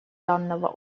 данного